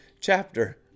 chapter